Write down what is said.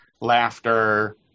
laughter